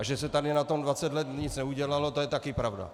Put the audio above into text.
A že se tady na tom 20 let nic neudělalo, to je taky pravda.